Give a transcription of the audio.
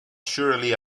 surely